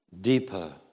deeper